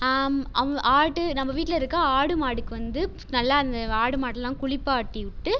அவுங்க ஆடு நம்ம வீட்டில் இருக்க ஆடு மாடுக்கு வந்து நல்லா அந்த ஆடு மாடுலாம் குளிப்பாட்டிவிட்டு